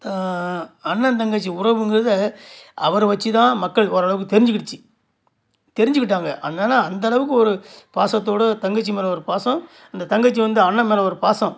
அண்ணன் தங்கச்சி உறவுங்கிறதே அவரை வெச்சு தான் மக்கள் ஓரளவுக்கு தெரிஞ்சிக்கிடுச்சு தெரிஞ்சுக்கிட்டாங்க அதனால் அந்த அளவுக்கு ஒரு பாசத்தோடு தங்கச்சி மேல் ஒரு பாசம் இந்த தங்கச்சி வந்து அண்ணன் மேல் ஒரு பாசம்